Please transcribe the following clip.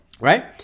Right